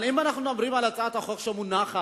אבל אם אנחנו מדברים על הצעת החוק שמונחת,